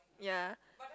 ya